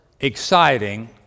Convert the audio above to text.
exciting